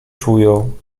czują